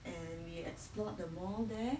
and we explored the mall there